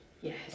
Yes